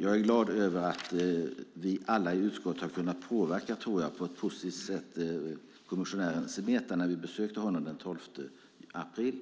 Jag är glad över att vi alla i utskottet på ett positivt sätt nog har kunnat påverka kommissionären Semeta när vi besökte honom den 12 april.